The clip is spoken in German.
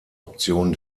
option